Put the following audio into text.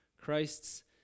Christ's